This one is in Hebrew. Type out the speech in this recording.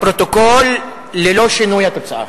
לפרוטוקול, ללא שינוי התוצאה.